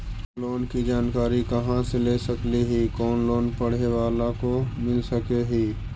Loan की जानकारी कहा से ले सकली ही, कोन लोन पढ़े बाला को मिल सके ही?